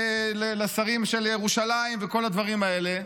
לשרים של ירושלים וכל הדברים האלה.